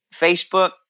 Facebook